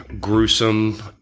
gruesome